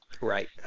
Right